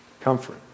comfort